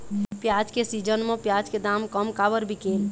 प्याज के सीजन म प्याज के दाम कम काबर बिकेल?